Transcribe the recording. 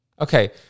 Okay